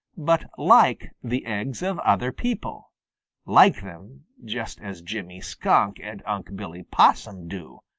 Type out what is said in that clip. but like the eggs of other people like them just as jimmy skunk and unc' billy possum do,